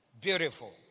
Beautiful